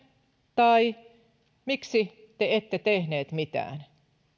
tai miksi te ette tehneet mitään